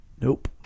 nope